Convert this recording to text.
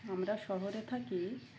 আমরা শহরে থাকি